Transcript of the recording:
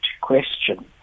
question